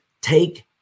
take